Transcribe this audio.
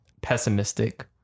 pessimistic